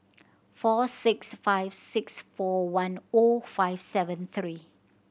four six five six four one O five seven three